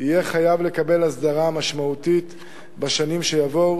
יהיה חייב לקבל הסדרה משמעותית בשנים שיבואו.